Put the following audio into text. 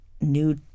new